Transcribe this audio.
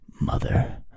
mother